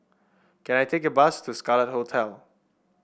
can I take a bus to Scarlet Hotel